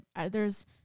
there's-